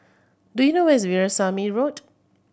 do you know where is Veerasamy Road